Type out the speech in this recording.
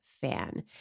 fan